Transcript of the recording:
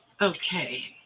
Okay